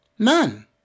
None